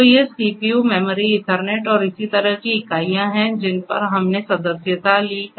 तो ये CPU memory Ethernet और इसी तरह की इकाइयाँ हैं जिन पर हमने सदस्यता ली है